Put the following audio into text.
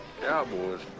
Cowboys